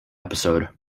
episode